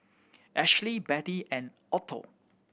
Ashlie Betty and Otho